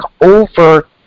over